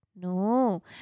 No